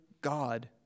God